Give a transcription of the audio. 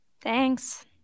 Thanks